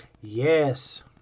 yes